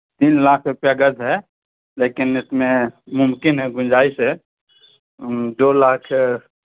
تین لاکھ روپیہ گز ہے لیکن اس میں ممکن ہے گنجائش ہے دو لاکھ